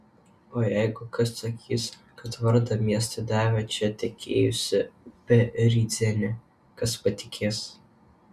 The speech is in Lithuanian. o jeigu kas sakys kad vardą miestui davė čia tekėjusi upė rydzene kas patikės